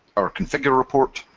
our configure report,